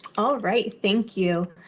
all right. thank you.